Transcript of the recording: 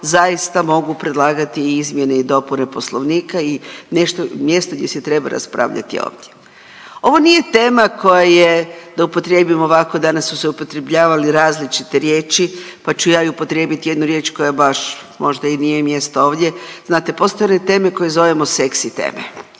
zaista mogu predlagati i izmjene i dopune Poslovnika i nešto, mjesto gdje se treba raspravljati je ovdje. Ovo nije tema koja je da upotrijebim ovako, danas su se upotrjebljavale različite riječi, pa ću ja i upotrijebit jednu riječ, koja baš, možda i nije joj mjesto ovdje. Znate, postoje one teme koje zovemo seksi teme.